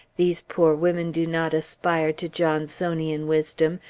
these poor women do not aspire to johnsonian wisdom,